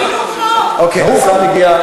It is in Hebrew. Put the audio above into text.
השר הגיע.